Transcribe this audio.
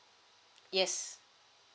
yes